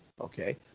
Okay